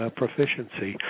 proficiency